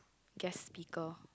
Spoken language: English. guest speaker